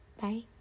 Bye